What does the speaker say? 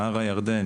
נהר הירדן,